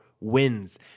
wins